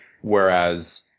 whereas –